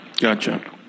Gotcha